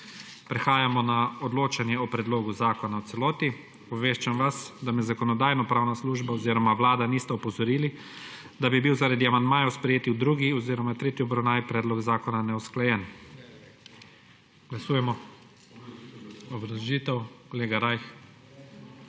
Prehajamo na odločanje o predlogu zakona v celoti. Obveščam vas, da me Zakonodajno-pravna služba oziroma Vlada nista opozorili, da bi bil zaradi amandmajev, sprejetih v drugi oziroma tretji obravnavi, predlog zakona neusklajen. Obrazložitev ima kolega Rajh.